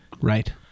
right